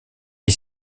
est